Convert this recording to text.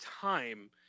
time